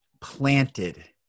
planted